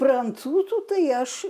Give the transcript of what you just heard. prancūzų tai aš